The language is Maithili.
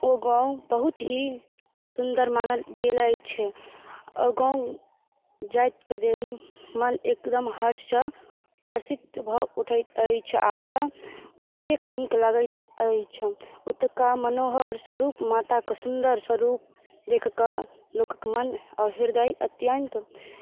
ओ गाम बहुत ही सुन्दर मानल गेल अछि ओ गाम जाइतके देरी मोन एकदम हर्षसँ हर्षित भऽ उठैत अछि आओर ओतऽ बहुते नीक लगैत अछि ओतुका मनोहरस्वरूप माताके सुन्दर स्वरूप देखिकऽ लोकके मोन आओर हृदय अत्यन्त